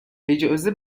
اجازه